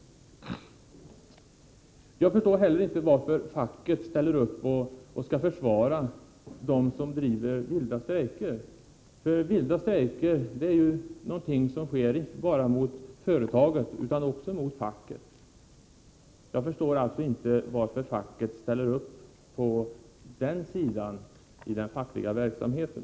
Jag förstår heller inte varför facket ställer upp och försvarar dem som uriver vilda strejker. Vilda strejker riktas ju inte bara mot företaget utan också mot facket. Jag förstår alltså inte varför facket ställer upp på den sidan i den fack. a verksamheten.